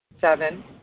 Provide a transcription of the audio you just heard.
Seven